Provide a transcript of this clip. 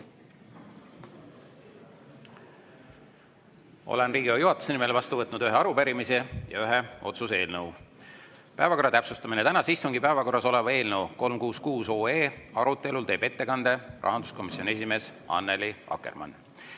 Olen Riigikogu juhatuse nimel vastu võtnud ühe arupärimise ja ühe otsuse eelnõu. Päevakorra täpsustamine: tänase istungi päevakorras oleva eelnõu 366 arutelul teeb ettekande rahanduskomisjoni esimees Annely Akkermann.